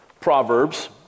Proverbs